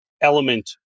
element